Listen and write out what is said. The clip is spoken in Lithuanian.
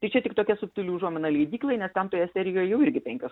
tai čia tik tokia subtili užuomina leidyklai nes ten toje serijoj jau irgi penkios